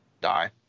die